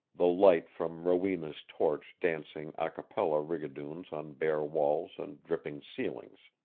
the light from rowena's torch dancing acappella rigadoons on bare walls and dripping ceilings,